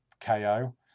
KO